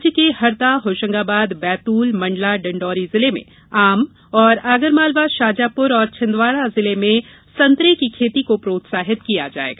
राज्य के हरदा होशंगाबाद बैतूल मंडला डिंडौरी जिले में आम और आगर मालवा शाजापुर एवं छिंदवाड़ा जिले में संतरे की खेती को प्रोत्साहित किया जाएगा